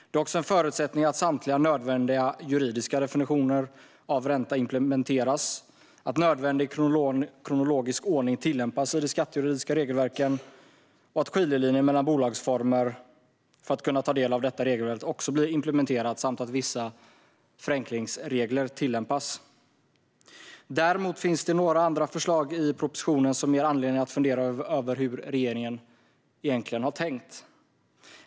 Det är också en förutsättning att samtliga nödvändiga juridiska definitioner av ränta implementeras, att nödvändig kronologisk ordning tillämpas i de skattejuridiska regelverken och att skiljelinjer mellan bolagsformer för att kunna ta del av detta regelverk också implementeras samt att vissa förenklingsregler tillämpas. Däremot finns det några andra förslag i propositionen som ger anledning att fundera över hur regeringen egentligen har tänkt.